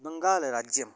बङ्गालराज्यम्